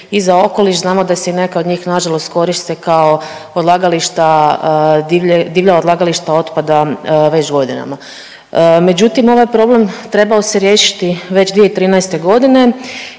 i za okoliš. Znamo da se neka od njih nažalost koriste kao odlagališta, divlja odlagališta otpada već godinama. Međutim, ovaj problem trebao se riješiti već 2013. g.